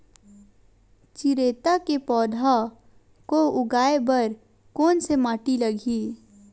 चिरैता के पौधा को उगाए बर कोन से माटी लगही?